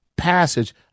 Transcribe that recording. passage